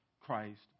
Christ